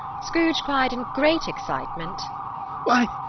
scrooge cried in great excitement why,